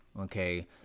okay